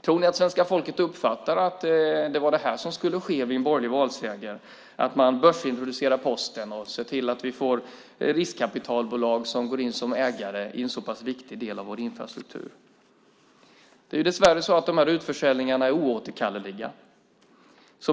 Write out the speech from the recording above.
Tror ni att svenska folket uppfattade att det var det här som skulle ske vid en borgerlig valseger, att man börsintroducerar Posten och ser till att riskkapitalbolag går in som ägare i en så pass viktig del av vår infrastruktur? Det är dessvärre så att de här utförsäljningarna är oåterkalleliga.